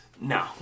No